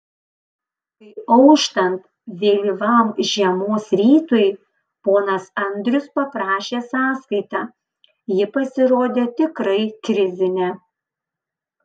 kai auštant vėlyvam žiemos rytui ponas andrius paprašė sąskaitą ji pasirodė tikrai krizinė